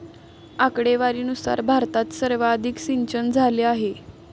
आकडेवारीनुसार भारतात सर्वाधिक सिंचनझाले आहे